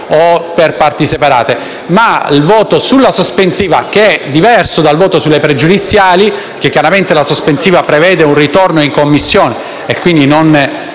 Grazie